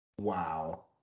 Wow